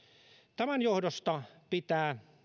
tämän johdosta pitää